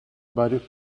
varios